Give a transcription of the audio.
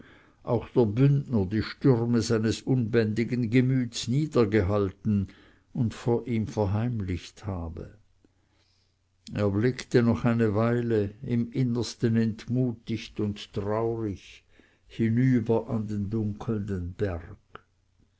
auch der bündner die stürme seines unbändigen gemüts niedergehalten und vor ihm verheimlicht habe er blickte noch eine weile im innersten entmutigt und traurig hinüber an den dunkelnden berg